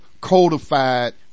codified